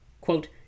quote